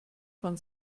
von